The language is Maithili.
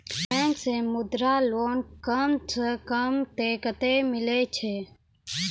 बैंक से मुद्रा लोन कम सऽ कम कतैय मिलैय छै?